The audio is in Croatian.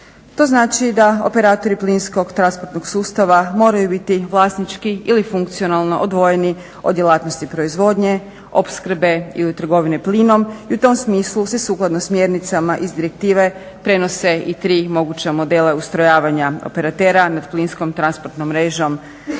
To znači da operatori plinskog transportnog sustava moraju biti vlasnički ili funkcionalno odvojeni od djelatnosti proizvodnje, opskrbe ili trgovine plinom i u tom smislu se sukladno smjernicama iz direktive prenose i tri moguća modela ustrojavanja operatera nad plinskom transportnom mrežom